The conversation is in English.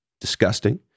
Disgusting